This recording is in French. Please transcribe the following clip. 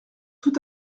tout